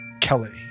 Kelly